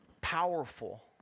powerful